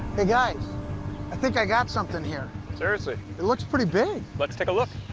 hey guys i think i got something here seriously it looks pretty big let's take a look